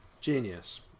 Genius